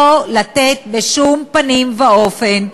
לא לתת בשום פנים ואופן,